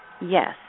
Yes